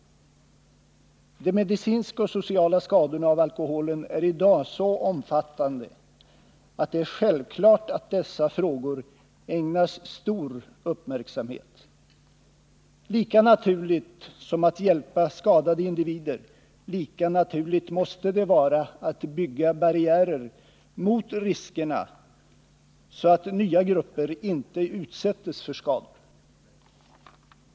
De medicinska och sociala skadorna av alkohol är i dag så omfattande att det är självklart att dessa frågor ägnas stor uppmärksamhet. Lika naturligt som det är att hjälpa skadade individer, lika naturligt måste det var att bygga barriärer mot riskerna, så att nya grupper inte utsätts för skador.